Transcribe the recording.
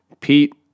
Pete